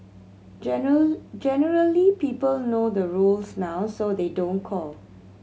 general generally people know the rules now so they don't call